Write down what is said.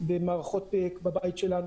בבית שלנו.